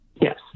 Yes